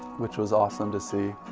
which was awesome to see